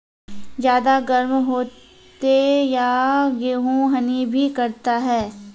ज्यादा गर्म होते ता गेहूँ हनी भी करता है?